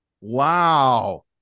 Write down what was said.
Wow